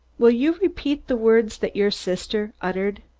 will you repeat the words that your sister uttered?